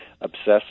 obsessive